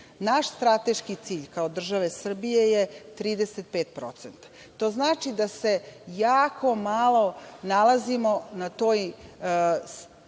60%.Naš strateški cilj, kao države Srbije, je 35%. To znači da se jako malo nalazimo na toj